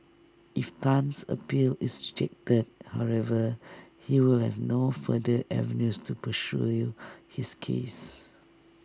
if Tan's appeal is rejected however he will have no further avenues to pursue you his case